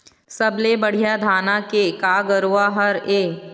सबले बढ़िया धाना के का गरवा हर ये?